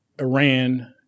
Iran